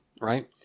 right